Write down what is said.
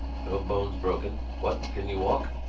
no bones broken. what? can you walk?